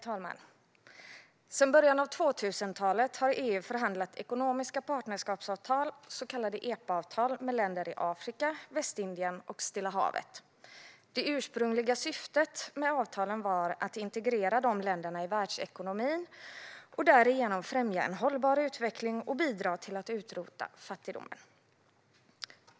Herr talman! Sedan början av 2000-talet har EU förhandlat fram ekonomiska partnerskapsavtal, så kallade EPA-avtal, med länder i Afrika, Västindien och Stilla havet. Det ursprungliga syftet med avtalen var att integrera de länderna i världsekonomin och därigenom främja en hållbar utveckling och bidra till att utrota fattigdomen.